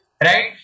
right